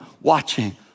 watching